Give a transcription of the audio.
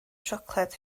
siocled